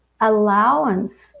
allowance